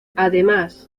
además